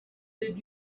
did